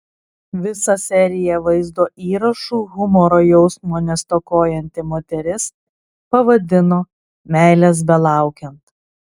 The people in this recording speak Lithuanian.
visą seriją vaizdo įrašų humoro jausmo nestokojanti moteris pavadino meilės belaukiant